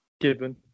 Given